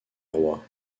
roi